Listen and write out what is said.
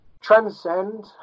transcend